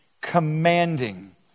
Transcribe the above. commanding